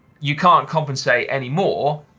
you can't compensate any more,